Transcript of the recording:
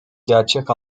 gerçek